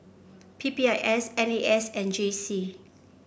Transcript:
P P I S N A S and J C